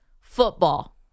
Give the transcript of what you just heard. Football